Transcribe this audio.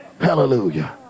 Hallelujah